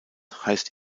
heißt